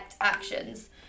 actions